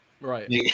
right